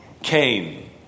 Cain